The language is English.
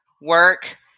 work